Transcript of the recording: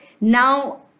now